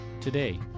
Today